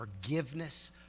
forgiveness